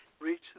reach